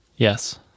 Yes